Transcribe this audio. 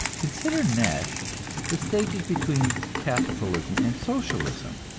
consider next the stages between capitalism and socialism.